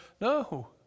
No